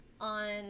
on